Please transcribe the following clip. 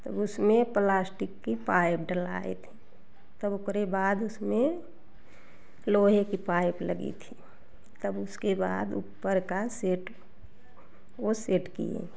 तो उसमें प्लास्टिक की पाएप डलाए थे पर ओकरे बाद उसमें लोहे की पाइप लगी थी तब उसके बाद ऊपर का सेट वह सेट किए